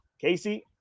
Casey